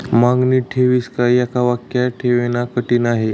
मागणी ठेवीस एका वाक्यात ठेवणे कठीण आहे